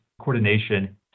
Coordination